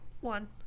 one